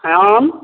आम